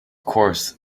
course